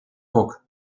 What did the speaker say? book